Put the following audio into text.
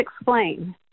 explain